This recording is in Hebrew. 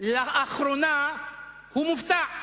לאחרונה הוא מופתע.